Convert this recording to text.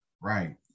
Right